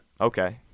Okay